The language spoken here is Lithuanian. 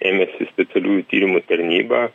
ėmėsi specialiųjų tyrimų tarnyba